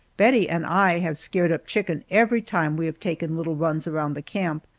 bettie and i have scared up chicken every time we have taken little runs around the camp,